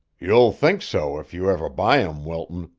you'll think so if you ever buy em, wilton,